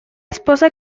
esposa